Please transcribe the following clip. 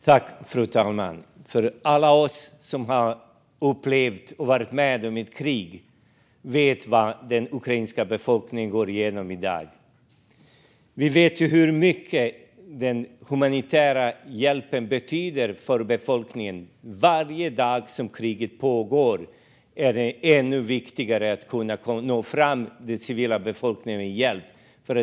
Fru talman! Alla som har upplevt ett krig vet vad den ukrainska befolkningen går igenom i dag. Vi vet hur mycket den humanitära hjälpen betyder för befolkningen. Varje dag som kriget pågår är det ännu viktigare att nå fram till den civila befolkningen med hjälp.